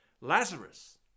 Lazarus